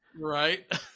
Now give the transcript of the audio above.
Right